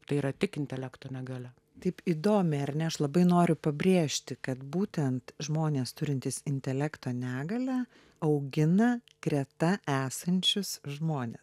tai yra tik intelekto negalia taip įdomiai erne aš labai noriu pabrėžti kad būtent žmonės turintys intelekto negalią augina greta esančius žmones